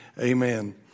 amen